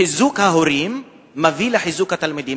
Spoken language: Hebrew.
חיזוק ההורים מביא לחיזוק התלמידים.